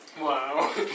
Wow